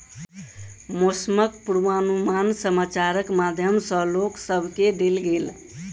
मौसमक पूर्वानुमान समाचारक माध्यम सॅ लोक सभ केँ देल गेल